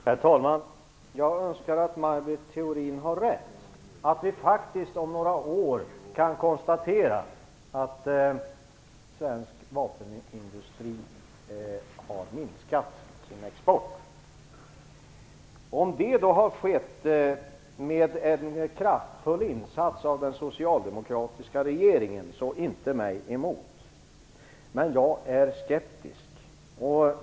Herr talman! Jag önskar att Maj Britt Theorin har rätt, att vi faktiskt om några år kan konstatera att svensk vapenindustri har minskat sin export. Om det då har skett med en kraftfull insats av den socialdemokratiska regeringen, så inte mig emot. Men jag är skeptisk.